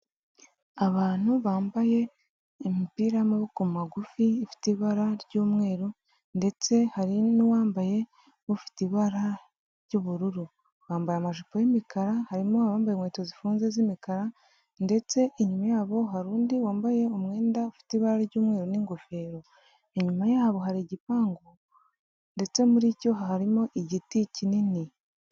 Abantu bambaye imipira y'amaboko magufi ifite ibara ry'umweru ndetse hari n'uwambaye ufite ibara ry'ubururu, bambaye amajipo y'umukara harimo abambaye inkweto zifunze z'imikara ndetse inyuma yabo hariru undi wambaye umwenda ufite ibara ry'umweru n'ingofero, inyuma yabo hari igipangu ndetse muri cyo harimo igiti kinini.